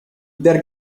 der